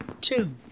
two